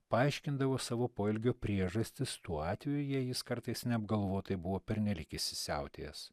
paaiškindavo savo poelgio priežastis tuo atveju jei jis kartais neapgalvotai buvo pernelyg įsisiautėjęs